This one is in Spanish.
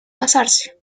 casarse